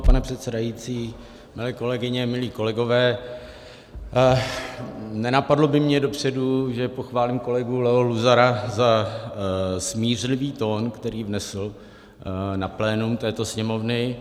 Pane předsedající, milé kolegyně, milí kolegové, nenapadlo by mě dopředu, že pochválím kolegu Leo Luzara za smířlivý tón, který vnesl na plénum této Sněmovny.